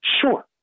Sure